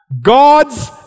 God's